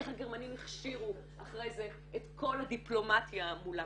איך הגרמנים הכשירו אחרי זה את כל הדיפלומטיה מולם.